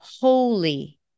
holy